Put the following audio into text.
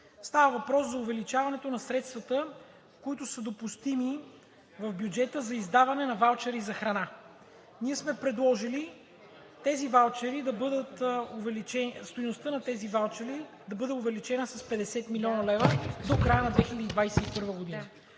Става въпрос за увеличаването на средствата, допустими в бюджета за издаване на ваучери за храна. Ние сме предложили стойността на тези ваучери да бъде увеличена с 50 млн. лв. до края на 2021 г.